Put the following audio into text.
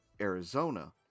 Arizona